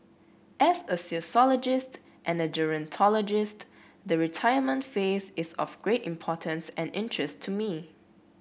as a sociologist and a gerontologist the retirement phase is of great importance and interest to me